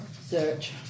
Search